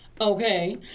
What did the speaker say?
Okay